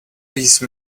these